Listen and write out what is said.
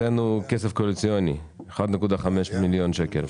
כסף קואליציוני, 1.5 מיליון שקלים.